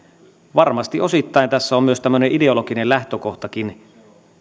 varmasti osittain tässä on myös tämmöinen ideologinen lähtökohtakin